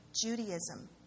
Judaism